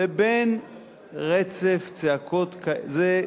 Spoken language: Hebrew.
לבין רצף צעקות כזה,